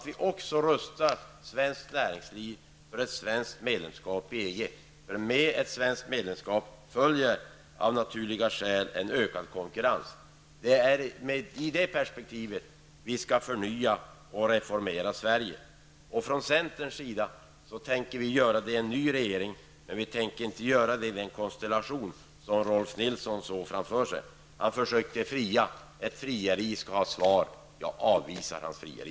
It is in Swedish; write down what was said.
Vi måste rusta svenskt näringsliv för ett svenskt medlemskap i EG. Med ett svenskt medlemskap följer av naturliga skäl en ökad konkurrens. Det är i detta perspektiv som vi skall förnya och reformera Sverige. Vi från centern tänker göra det i en ny regering men inte i den konstellation som Rolf Nilson såg framför sig. Han försökte fria. Ett frieri skall ha ett svar. Jag avvisar hans frieri.